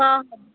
ହଁ